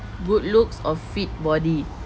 good looks or fit body